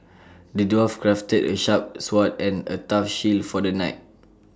the dwarf crafted A sharp sword and A tough shield for the knight